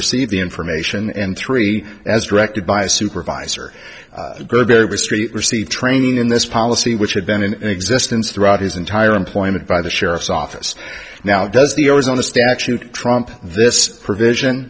receive the information and three as directed by a supervisor good very street receive training in this policy which had been in existence throughout his entire employment by the sheriff's office now does the always on the statute trump this provision